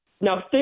Now